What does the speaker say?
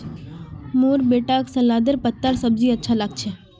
मोर बेटाक सलादेर पत्तार सब्जी अच्छा लाग छ